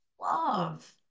love